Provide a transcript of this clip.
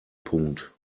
punkt